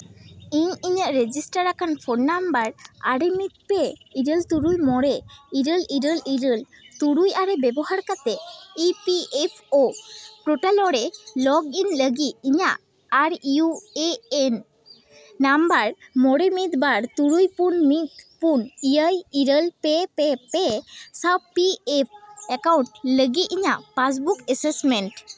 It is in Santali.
ᱤᱧ ᱤᱧᱟᱹᱜ ᱨᱮᱡᱤᱥᱴᱟᱨᱟᱠᱟᱱ ᱯᱷᱳᱱ ᱱᱟᱢᱵᱟᱨ ᱟᱨᱮ ᱢᱤᱫ ᱯᱮ ᱤᱨᱟᱹᱞ ᱛᱩᱨᱩᱭ ᱢᱚᱬᱮ ᱤᱨᱟᱹᱞ ᱤᱨᱟᱹᱞ ᱤᱨᱟᱹᱞ ᱛᱩᱨᱩᱭ ᱟᱨᱮ ᱵᱮᱵᱚᱦᱟᱨ ᱠᱟᱛᱮᱫ E P F O portal ᱨᱮ ᱞᱚᱜᱽ ᱤᱱ ᱞᱟᱹᱜᱤᱫ ᱤᱧᱟᱹᱜ ᱟᱨ ᱤᱭᱩ ᱮ ᱮᱱ ᱱᱟᱢᱵᱟᱨ ᱢᱚᱬᱮ ᱢᱤᱫ ᱵᱟᱨ ᱛᱩᱨᱩᱭ ᱯᱩᱱ ᱢᱤᱫ ᱯᱩᱱ ᱮᱭᱟᱭ ᱤᱨᱟᱹᱞ ᱯᱮ ᱯᱮ ᱯᱮ ᱥᱟᱶ ᱯᱤ ᱮᱯᱷ ᱮᱠᱟᱣᱩᱱᱴ ᱞᱟᱹᱜᱤ ᱤᱧᱟᱹᱜ ᱯᱟᱥᱵᱩᱠ ᱮᱥᱮᱥᱢᱮᱱᱴ